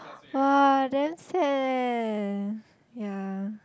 !wah! damn sad eh ya